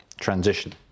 transition